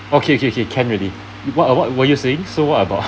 okay K K can already what what were you saying so what about